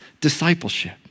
discipleship